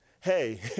hey